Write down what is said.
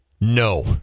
No